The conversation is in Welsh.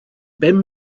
bum